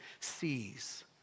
sees